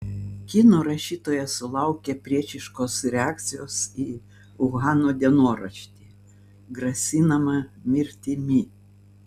kinų rašytoja sulaukė priešiškos reakcijos į uhano dienoraštį grasinama mirtimi